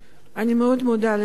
אני מאוד מודה לשר.